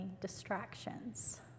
distractions